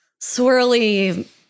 swirly